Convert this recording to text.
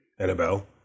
Annabelle